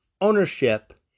ownership